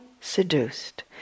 seduced